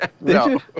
No